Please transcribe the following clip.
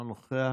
אינו נוכח.